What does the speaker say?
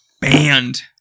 Banned